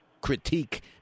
critique